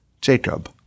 Jacob